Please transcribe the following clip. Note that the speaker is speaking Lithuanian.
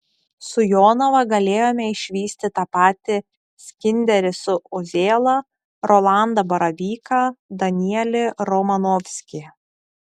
su jonava galėjome išvysti tą patį skinderį su uzėla rolandą baravyką danielį romanovskį